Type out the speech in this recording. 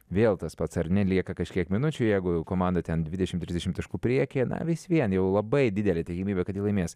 vėl tas pats ar ne lieka kažkiek minučių jeigu jau komanda ten dvidešimt trisdešimt taškų priekyje na vis vien jau labai didelė tikimybė kad ji laimės